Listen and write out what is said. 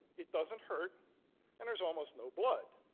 it doesn't hurt and there's almost no blood.